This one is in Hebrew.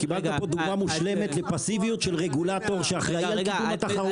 קיבלתם דוגמה מושלמת לפסיביות של הרגולטור שאחראי לקידום התחרות.